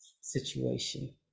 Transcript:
situation